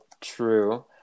true